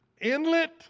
inlet